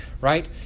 right